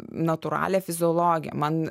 natūralią fiziologiją man